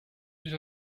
vous